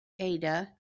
Ada